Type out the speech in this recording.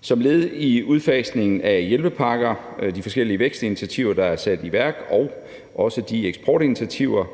Som led i udfasningen af hjælpepakker, de forskellige vækstinitiativer, der er sat i værk, og de eksportinitiativer,